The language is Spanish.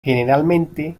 generalmente